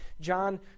John